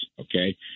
Okay